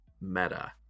meta